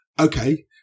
okay